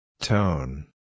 Tone